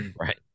Right